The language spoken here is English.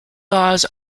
laws